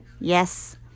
Yes